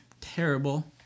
terrible